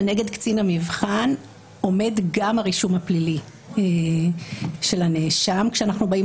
לנגד קצין המבחן עומד גם הרישום הפלילי של הנאשם כשאנחנו באים